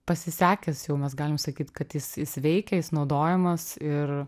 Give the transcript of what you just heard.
pasisekęs jau mes galim sakyt kad jis jis veikia jis naudojamas ir